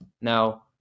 Now